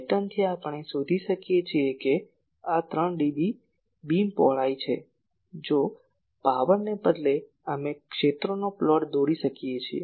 પેટર્નથી આપણે શોધી શકીએ કે આ 3 dB બીમ પહોળાઈ છે જો પાવરને બદલે અમે ક્ષેત્રો નો પ્લોટ દોરી શકીએ છીએ